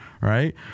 right